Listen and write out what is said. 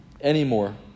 anymore